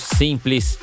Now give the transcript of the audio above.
simples